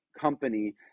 company